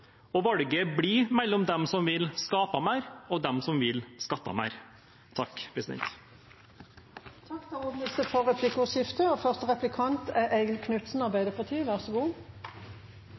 og valget blir mellom dem som vil skape mer, og dem som vil skatte mer. Det blir replikkordskifte. Takk til saksordføreren for godt samarbeid om denne saken og